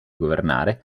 governare